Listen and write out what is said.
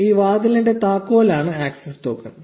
ഈ വാതിലിന്റെ താക്കോൽ ആണ് ആക്സസ് ടോക്കൺ